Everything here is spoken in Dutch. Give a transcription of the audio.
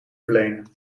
verlenen